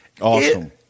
Awesome